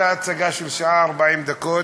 הייתה הצגה של שעה ו-40 דקות,